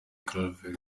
claver